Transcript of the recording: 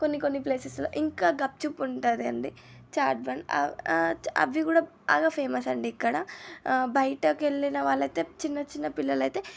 కొన్ని కొన్ని ప్లేసెస్లో ఇంకా గప్చుప్ ఉంటాదండి చాట్ బండ్ అవి కూడా బాగా ఫేమస్ అండి ఇక్కడ బయటకెళ్ళిన వాళ్లయితే చిన్న చిన్న పిల్లలైతే